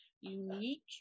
unique